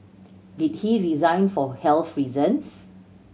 did he resign for health reasons